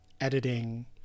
editing